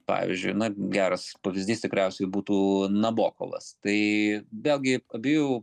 pavyzdžiui na geras pavyzdys tikriausiai būtų nabokovas tai vėlgi abiejų